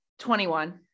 21